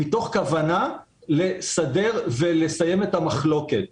מתוך כוונה לסדר וסיים את המחלוקת.